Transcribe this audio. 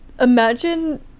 Imagine